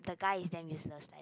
the guy is damn useless like that